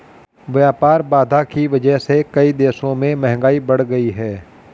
व्यापार बाधा की वजह से कई देशों में महंगाई बढ़ गयी है